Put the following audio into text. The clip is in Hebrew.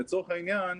לצורך העניין,